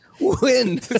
win